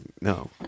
no